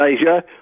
Asia